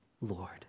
Lord